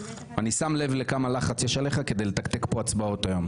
אני שם לב כמה לחץ יש עליך כדי לתקתק הצבעות היום.